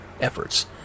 efforts